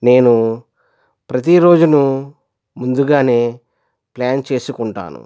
నేను ప్రతిరోజును ముందుగానే ప్లాన్ చేసుకుంటాను